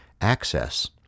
access